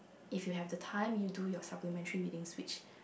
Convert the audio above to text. if you have the time you do your supplementary reading which